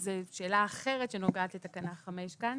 זה שאלה אחרת שנוגעת לתקנה 5 כאן.